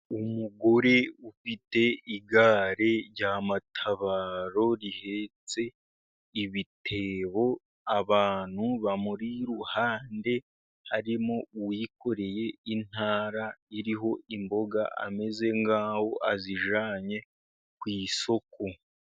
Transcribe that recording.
Umugore ufite igari rya matabaro rihetse ibitebo, abantu bamuri iruhande, harimo uwikoreye intara iriho imboga, ameze nk'aho azijyanye ku isoko.